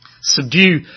Subdue